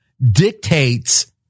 dictates